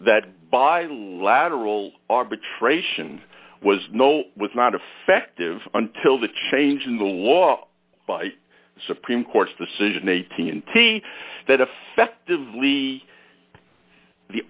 that by lateral arbitration was no was not effective until the change in the law the supreme court's decision eighteen t that effectively the